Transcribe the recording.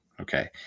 okay